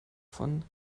von